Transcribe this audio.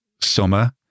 summer